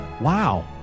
Wow